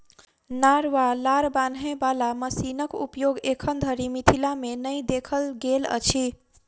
नार वा लार बान्हय बाला मशीनक उपयोग एखन धरि मिथिला मे नै देखल गेल अछि